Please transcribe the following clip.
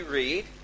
read